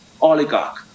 oligarch